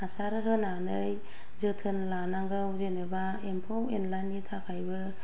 हासार होनानै जोथोन लानांगौ जेनेबा एमफौ एनलानि थाखायबो